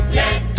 yes